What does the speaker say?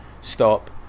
stop